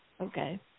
Okay